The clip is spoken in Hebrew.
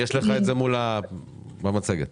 אתם